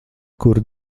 kur